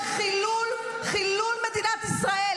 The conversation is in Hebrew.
--- טלי גוטליב (הליכוד): מה שאת עושה פה זה חילול מדינת ישראל,